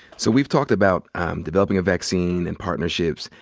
so we've talked about developing a vaccine, and partnerships,